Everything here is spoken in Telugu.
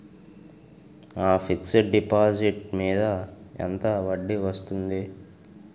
నా ఫిక్సడ్ డిపాజిట్ మీద ఎంత వడ్డీ వస్తుంది?